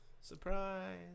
Surprise